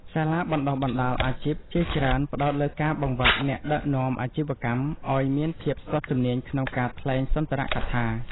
សាលាបណ្ដុះបណ្ដាលអាជីព ជាច្រើនផ្ដោតលើការបង្វឹកអ្នកដឹកនាំអាជីវកម្មឱ្យមានភាពស្ទាត់ជំនាញក្នុងការថ្លែងសន្ទរកថា។